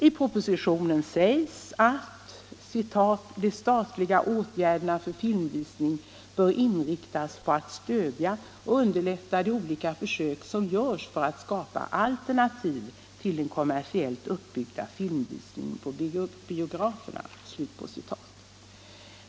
I propositionen sägs att ”de statliga åtgärderna för filmvisning bör inriktas på att stödja och underlätta de olika försök som görs för att skapa alternativ till den kommersiellt uppbyggda filmvisningen på biograferna”.